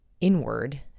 inward